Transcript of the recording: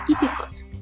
difficult